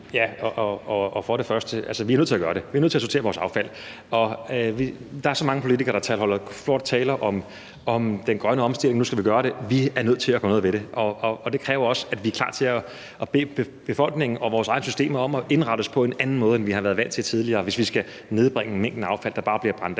(Magnus Heunicke): Altså, vi er nødt til at gøre det. Vi er nødt til at sortere vores affald. Der er så mange politikere, der kan holde store taler om den grønne omstilling, og at nu skal vi gøre det. Vi er nødt til at gøre noget ved det. Og det kræver også, at vi er klar til at bede befolkningen og vores egne systemer om at indrette sig på en anden måde, end man har været vant til tidligere, hvis vi skal nedbringe mængden af affald, der bare bliver brændt af.